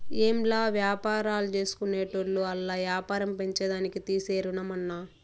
ఏంలా, వ్యాపారాల్జేసుకునేటోళ్లు ఆల్ల యాపారం పెంచేదానికి తీసే రుణమన్నా